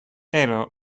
era